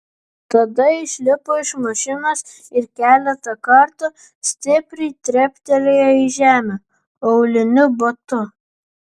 tada išlipo iš mašinos ir keletą kartų stipriai treptelėjo į žemę auliniu batu